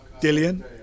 Dillian